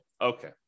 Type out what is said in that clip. Okay